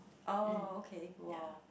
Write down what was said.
oh okay !wow!